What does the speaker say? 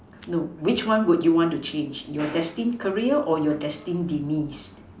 no which one would you want to change your destined career or your destined demise